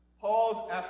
Paul's